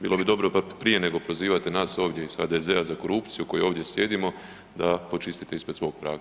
Bilo bi dobro da prije nego prozivate nas ovdje iz HDZ-a za korupciju koji ovdje sjedimo, da počistite ispred svog praga.